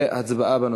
והצבעה בנושא.